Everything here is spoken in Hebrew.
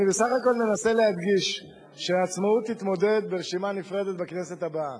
אני בסך הכול מנסה להדגיש שעצמאות תתמודד ברשימה נפרדת בכנסת הבאה,